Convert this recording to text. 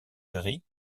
gris